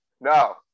No